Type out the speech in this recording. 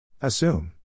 Assume